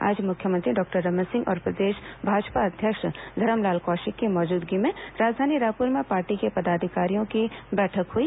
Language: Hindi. आज मुख्यमंत्री डॉक्टर रमन सिंह और प्रदेश भाजपा अध्यक्ष धरमलाल कौशिक की मौजूदगी में राजधानी रायपुर में पार्टी के पदाधिकारियों की बैठक हुई